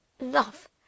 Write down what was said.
love